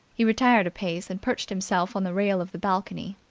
he retired a pace and perched himself on the rail of the balcony.